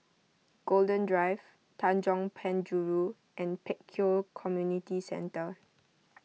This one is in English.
Golden Drive Tanjong Penjuru and Pek Kio Community Centre